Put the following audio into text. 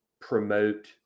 promote